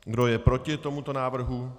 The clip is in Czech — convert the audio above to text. Kdo je proti tomuto návrhu?